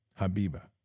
Habiba